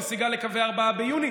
נסיגה לקווי 4 ביוני,